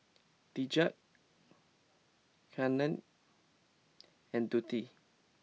Deja Kandy and Deante